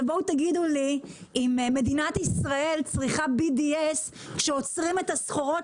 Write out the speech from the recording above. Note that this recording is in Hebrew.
בואו תגידו לי אם מדינת ישראל צריכה BDS כשעוצרים את הסחורות